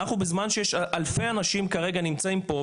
אנחנו בזמן שיש אלפי אנשים שכרגע נמצאים פה,